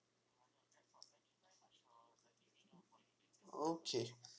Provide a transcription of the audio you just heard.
okay